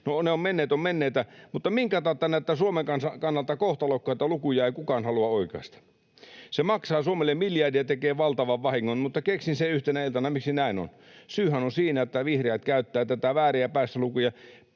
No, menneet ovat menneitä, mutta minkä tautta näitä Suomen kannalta kohtalokkaita lukuja ei kukaan halua oikaista? Se maksaa Suomelle miljardin ja tekee valtavan vahingon. Mutta keksin yhtenä iltana, miksi näin on: syyhän on siinä, että vihreät käyttävät näitä vääriä päästölukuja